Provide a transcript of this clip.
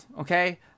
okay